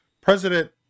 president